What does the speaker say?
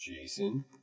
Jason